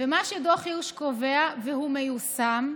מה שדוח הירש קובע, והוא מיושם,